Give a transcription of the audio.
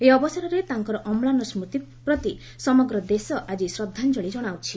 ଏହି ଅବସରରେ ତାଙ୍କର ଅମ୍ନାନ ସ୍ଦୁତି ପ୍ରତି ସମଗ୍ର ଦେଶ ଆକି ଶ୍ରଦ୍ଧାଞ୍ଚଳି ଜଣାଉଛି